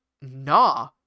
nah